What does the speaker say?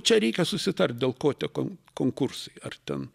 čia reikia susitart dėl ko tie kon konkursai ar ten